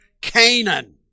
Canaan